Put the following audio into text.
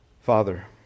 Father